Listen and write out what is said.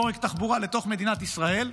עורק תחבורה לתוך מדינת ישראל,